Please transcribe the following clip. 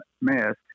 mask